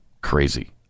Crazy